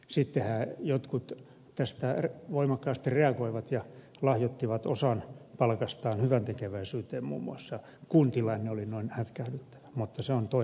sittenhän jotkut tästä voimakkaasti reagoivat ja lahjoittivat osan palkastaan hyväntekeväisyyteen muun muassa kun tilanne oli noin hätkähdyttävä mutta se on toinen tarina